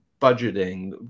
budgeting